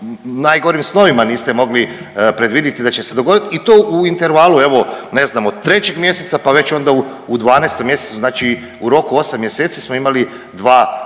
najgorim snovima niste mogli predviditi da će se dogodit i to u intervalu, evo ne znam od 3. mjeseca, pa već onda u 12. mjesecu, znači u roku 8 mjeseci smo imali dva